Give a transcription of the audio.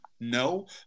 No